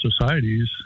societies